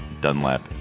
Dunlap